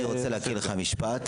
אני רוצה להקריא לך משפט